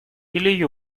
или